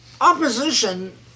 opposition